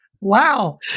wow